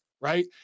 right